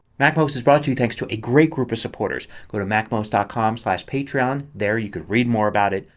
macmost is brought to you thanks to a great group of supporters. go to macmost ah com patreon. there you could read more about it,